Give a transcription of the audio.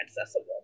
accessible